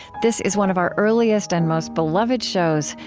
this is one of our earliest and most beloved shows,